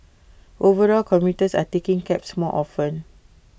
overall commuters are taking cabs more often